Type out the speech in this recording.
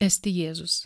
esti jėzus